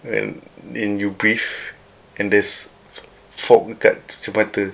then when you breathe and there's fog dekat cermin mata